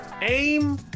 aim